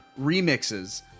remixes